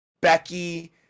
Becky